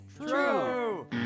True